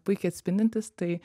puikiai atspindintis tai